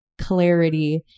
clarity